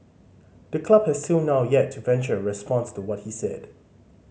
the club has till now yet to venture a response to what he said